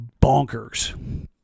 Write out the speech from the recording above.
Bonkers